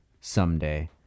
someday